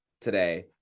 today